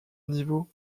niveaux